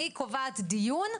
אני קובעת דיון.